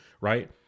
right